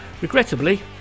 regrettably